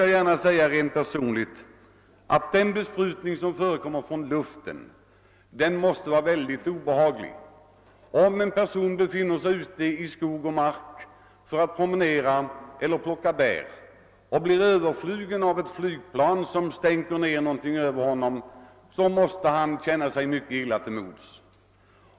Jag vill härefter personligen framhålla att besprutning som utförs från luften måste upplevas som mycket obehaglig exempelvis av en person, som befinner sig ute i skog och mark för att promenera eller plocka bär. Om denne blir överflugen av ett flygplan, som sprutar ett bekämpningsmedel över honom, måste vederbörande känna sig mycket illa till mods.